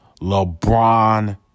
LeBron